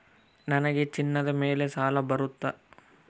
ನನಗೆ ಚಿನ್ನದ ಮೇಲೆ ಸಾಲ ಬರುತ್ತಾ?